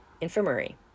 Infirmary